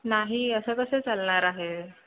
नाही असं कसं चालणार आहे